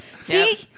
See